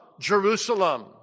Jerusalem